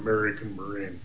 american marine